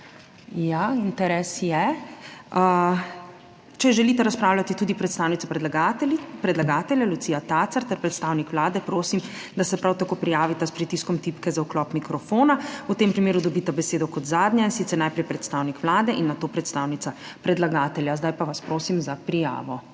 Ja, interes je. Če želita razpravljati tudi predstavnica predlagatelji, predlagatelja Lucija Tacer ter predstavnik Vlade prosim, da se prav tako prijavita s pritiskom tipke za vklop mikrofona. V tem primeru dobita besedo kot zadnja in sicer najprej predstavnik Vlade in nato predstavnica predlagatelja. Zdaj pa vas prosim za prijavo.